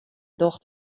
docht